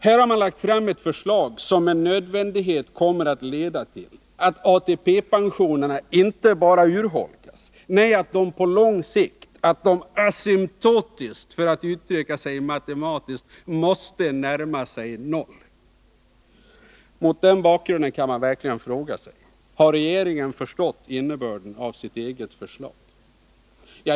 Här har man lagt fram ett förslag som med nödvändighet kommer att leda till att ATP-pensionerna inte bara urholkas, nej, att de på lång sikt — att de asymptotiskt, för att uttrycka sig matematiskt — måste närma sig noll. Mot den bakgrunden kan man verkligen fråga sig: Har regeringen förstått innebörden av sitt eget förslag?